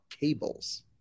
cables